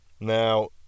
Now